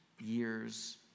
years